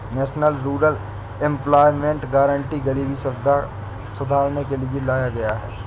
national rural employment guarantee गरीबी सुधारने के लिए लाया गया था